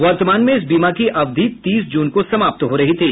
वर्तमान में इस बीमा की अवधि तीस जून को समाप्त हो रही थी